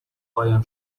قایم